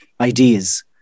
ideas